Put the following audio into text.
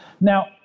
Now